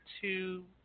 two